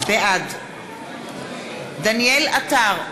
בעד דניאל עטר,